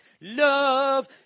love